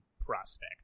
prospect